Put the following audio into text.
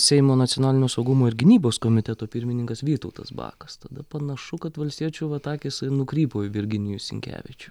seimo nacionalinio saugumo ir gynybos komiteto pirmininkas vytautas bakas tada panašu kad valstiečių vat akys nukrypo į virginijų sinkevičių